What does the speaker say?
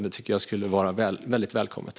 Det skulle vara väldigt välkommet.